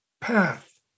path